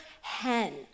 hen